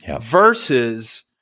versus